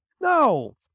no